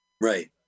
Right